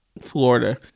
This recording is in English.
Florida